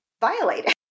Violate